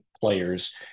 players